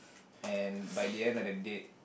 and by the end of the date